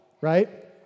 right